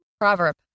Proverb